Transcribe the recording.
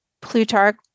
Plutarch